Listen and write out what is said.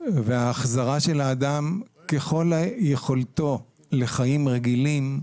וההחזרה של האדם ככל יכולתו לחיים רגילים,